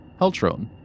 Heltron